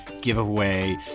giveaway